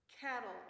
cattle